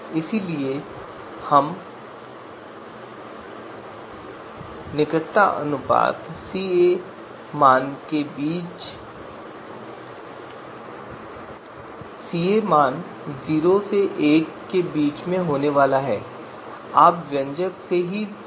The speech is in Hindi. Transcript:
इसलिए यह निकटता अनुपात सीए मान के बीच झूठ बोलने वाला है 0 और 1 जैसा कि आप व्यंजक से ही देख सकते हैं